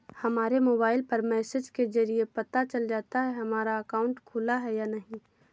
हमारे मोबाइल पर मैसेज के जरिये पता चल जाता है हमारा अकाउंट खुला है या नहीं